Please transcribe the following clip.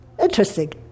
interesting